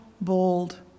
bold